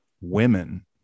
women